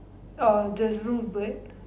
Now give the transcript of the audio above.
uh there's no bird